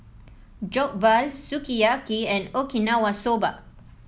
Jokbal Sukiyaki and Okinawa Soba